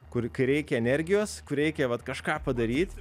kur kai reikia energijos kur reikia vat kažką padaryt